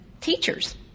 teachers